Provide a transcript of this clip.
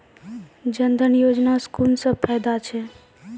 जनधन योजना सॅ कून सब फायदा छै?